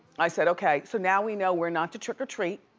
i said, okay, so now we know where not to trick or treat.